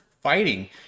fighting